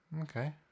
Okay